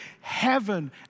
Heaven